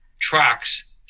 tracks